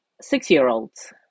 six-year-olds